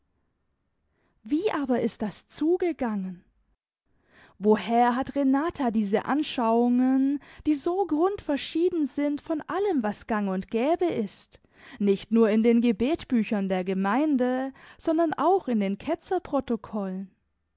wie aber ist das zugegangen woher hat renata diese anschauungen die so grundverschieden sind von allem was gang und gäbe ist nicht nur in den gebetbüchern der gemeinde sondern auch in den